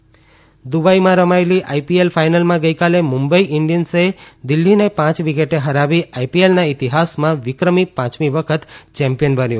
IPL દુબઇમાં રમાયેલી IPL ફાયનલમાં ગઇકાલે મુંબઇ ઇન્ડિયન્સે દિલ્હીને પાંચ વિકેટે હરાવી આઇપીએલના ઇતિહાસમાં વિક્રમી પાંચમી વખત ચેમ્પિયન બન્યું